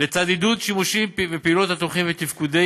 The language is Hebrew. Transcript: לצד עידוד שימושים ופעילויות התומכים בתפקודי